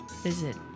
visit